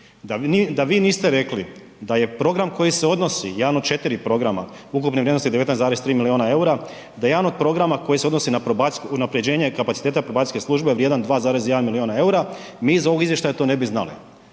da vi niste rekli da je program koji se odnosi, jedan od 4 programa ukupne vrijednosti 19,3 milijuna eura, da jedan od programa koji se odnosi na unaprjeđenje kapaciteta probacijske službe je vrijedan 2,1 milijuna eura, mi iz ovog izvještaja to ne bi znali.